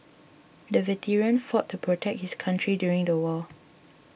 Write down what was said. the veteran fought to protect his country during the war